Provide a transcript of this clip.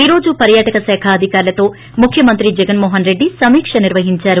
ఈ రోజు పర్యాటక శాఖ అధికారులతో ముఖ్యమంత్రి జగస్మోహస్రెడ్డి సమీక్ష నిర్వహించారు